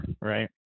right